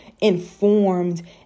informed